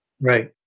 Right